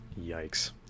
yikes